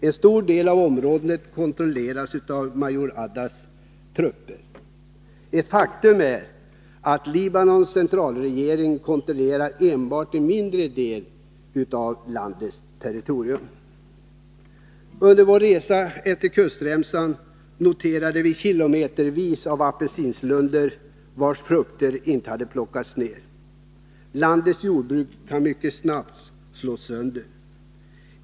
En stor del av området kontrolleras av major Haddads trupper. Ett faktum är att Libanons centralregering kontrollerar enbart en mindre del av landets territorium. Under vår resa efter kustremsan noterade vi kilometervis av apelsinlundar vars frukter inte hade plockats ner. Landets jordbruk kan snabbt slås sönder.